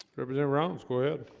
represent realms go ahead.